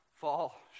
fall